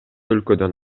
өлкөдөн